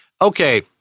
okay